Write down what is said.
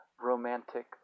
romantic